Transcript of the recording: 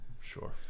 Sure